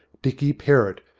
dicky perrott,